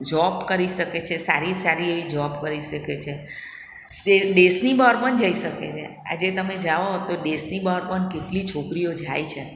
job કરી શકે છે સારી સારી એવી જોબ કરી શકે છે દેશની બહાર પણ જઇ શકે છે આજે તમે જાઓ તો દેશની બહાર પણ કેટલી છોકરીઓ જાય છે